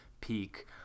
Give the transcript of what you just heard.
peak